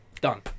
Done